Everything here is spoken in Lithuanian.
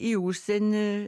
į užsienį